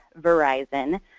Verizon